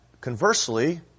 conversely